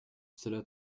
cela